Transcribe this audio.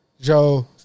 Joe